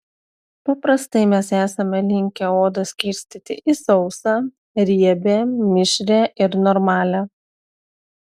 paprastai mes esame linkę odą skirstyti į sausą riebią mišrią ir normalią